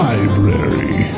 Library